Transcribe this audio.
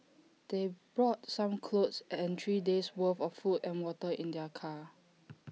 they brought some clothes and three days' worth of food and water in their car